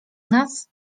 nas